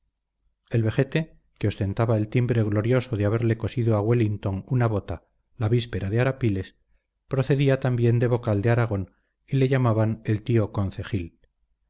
el vejete que ostentaba el timbre glorioso de haberle cosido a wellington una bota la víspera de arapiles procedía también del bocal de aragón y le llamaban el tío concejil